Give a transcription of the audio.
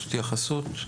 התייחסות?